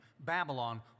Babylon